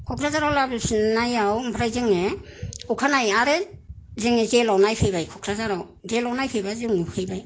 कक्राझाराव लाबोफिननायाव ओमफ्राय जोङो अखानायै आरो जोङो जेलाव नायफैबाय कक्राझाराव जेलाव नायफैबा जों नुफैबाय